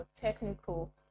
technical